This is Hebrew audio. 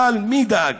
אבל מי ידאג?